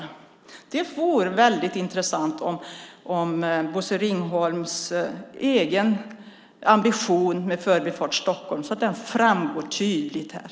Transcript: Det vore intressant om Bosse Ringholms egen ambition för Förbifart Stockholm framgick tydligt här.